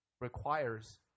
requires